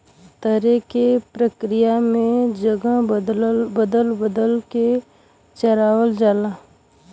तरे के प्रक्रिया में जगह बदल बदल के चरावल जाला